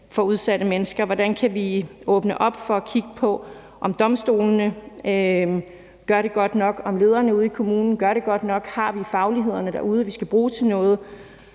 for udsatte mennesker, hvordan vi kan åbne op for at kigge på, om domstolene gør det godt nok, om lederne ude i kommunen gør det godt nok, om vi har fagligheden derude, vi skal bruge til noget,